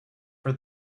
for